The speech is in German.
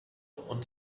und